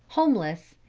homeless,